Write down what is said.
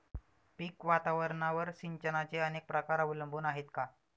पीक वातावरणावर सिंचनाचे अनेक प्रकार अवलंबून आहेत का?